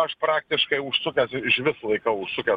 aš praktiškai užsukęs išvis laikau užsukęs